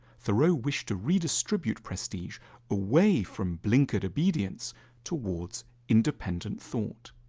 thoreau wished to redistribute prestige away from blinkered obedience towards independent thought.